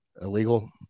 illegal